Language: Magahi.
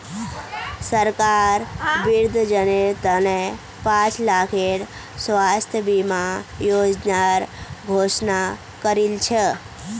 सरकार वृद्धजनेर त न पांच लाखेर स्वास्थ बीमा योजनार घोषणा करील छ